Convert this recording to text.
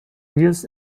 wheels